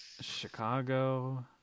Chicago